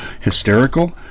hysterical